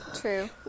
true